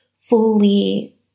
fully